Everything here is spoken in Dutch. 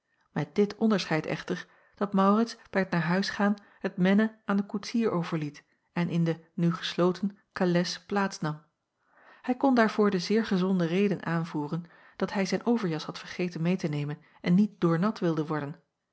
met dit onderscheid echter dat aurits bij t naar huis gaan het mennen aan den koetsier overliet en in de nu gesloten kales plaats nam ij kon daarvoor de zeer gezonde reden aanvoeren dat hij zijn overjas had vergeten meê te nemen en niet doornat wilde worden